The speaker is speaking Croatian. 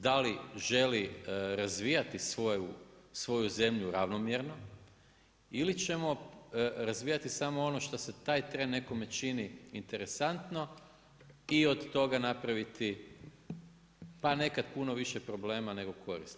Da li želi razvijati svoju zemlju ravnomjerno ili ćemo razvijati samo ono što se taj tren nekome čini interesantno i od toga napraviti pa nekad puno više problema nego koristi.